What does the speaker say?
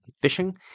fishing